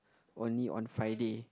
only on Friday